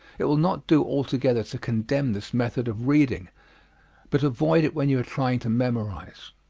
it will not do altogether to condemn this method of reading but avoid it when you are trying to memorize.